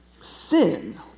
sin